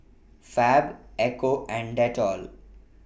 Fab Ecco and Dettol